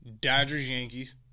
Dodgers-Yankees